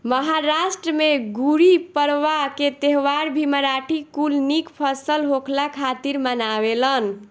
महाराष्ट्र में गुड़ीपड़वा के त्यौहार भी मराठी कुल निक फसल होखला खातिर मनावेलन